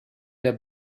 der